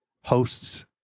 hosts